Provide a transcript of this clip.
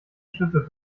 schiffe